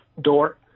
door